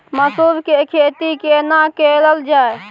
मसूर के खेती केना कैल जाय?